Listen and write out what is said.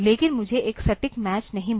लेकिन मुझे एक सटीक मैच नहीं मिला